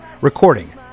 recording